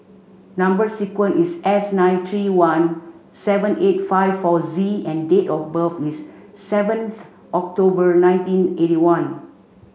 number sequence is S nine three one seven eight five four Z and date of birth is seventh October nineteen eighty one